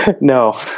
No